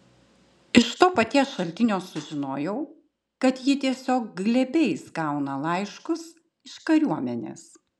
iš to paties šaltinio sužinojau kad ji tiesiog glėbiais gauna laiškus iš kariuomenės